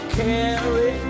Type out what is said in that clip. carry